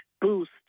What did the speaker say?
boost